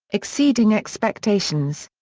exceeding expectations.